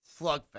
slugfest